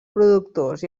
productors